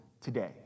today